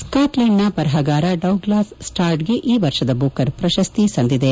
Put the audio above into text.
ಸ್ನಾಟ್ಲ್ಲಾಂಡ್ನ ಬರಹಗಾರ ಡೌಗ್ಲಾಸ್ ಸ್ನಾರ್ಡ್ಗೆ ಈ ವರ್ಷದ ಬೂಕರ್ ಪ್ರಶಸ್ತಿ ಸಂದಿದೆ